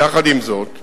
יחד עם זאת,